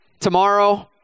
tomorrow